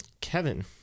kevin